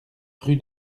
rue